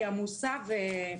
היא עמוסה.